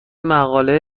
مقاله